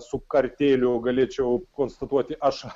su kartėliu galėčiau konstatuoti aš